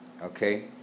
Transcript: okay